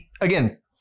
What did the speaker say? again